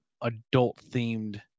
adult-themed